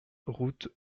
route